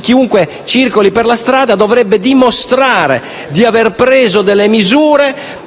chiunque circoli sulla strada si dovrebbe dimostrare di aver preso delle misure